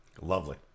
Lovely